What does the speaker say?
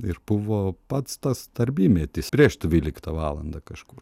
ir buvo pats tas darbymetis prieš dvyliktą valandą kažkur